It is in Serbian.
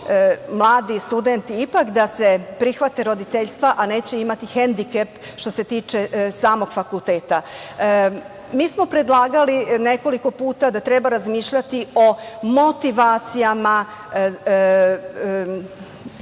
mladi studenti ipak da se prihvate roditeljstva, a neće imati hendikep, što se tiče samog fakulteta. Mi smo predlagali nekoliko puta da treba razmišljati o motivacijama